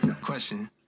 Question